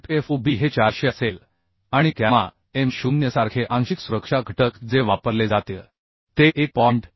bolt FUB हे 400 असेल आणि गॅमा M0 सारखे आंशिक सुरक्षा घटक जे वापरले जातील ते 1